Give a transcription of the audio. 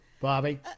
Bobby